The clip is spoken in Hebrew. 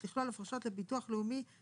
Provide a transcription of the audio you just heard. לתגמולים לפי צו הרחבה כללי לביטוח פנסיוני